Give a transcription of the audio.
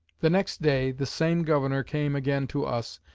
the next day, the same governor came again to us,